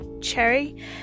Cherry